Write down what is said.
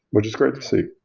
which is great to see.